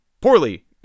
poorly